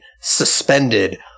suspended